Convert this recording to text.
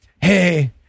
hey